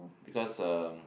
because uh